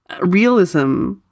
realism